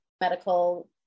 medical